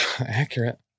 accurate